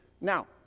Now